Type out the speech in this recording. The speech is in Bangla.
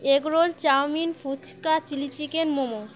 egg roll chowmein phuchka chilli chicken momo